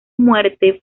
muerte